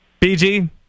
bg